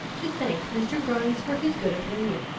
to thank mr. grimes for his good opinion,